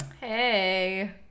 Hey